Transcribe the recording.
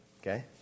Okay